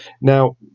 Now